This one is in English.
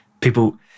people